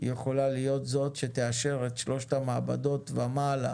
יכולה להיות זאת שתאשר את שלושת המעבדות ומעלה